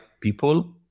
people